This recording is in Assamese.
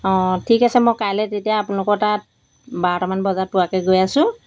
অ' ঠিক আছে মই কাইলৈ তেতিয়া আপোনালোকৰ তাত বাৰটামান বজাত পোৱাকৈ গৈ আছোঁ